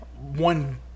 one